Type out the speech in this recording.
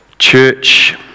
Church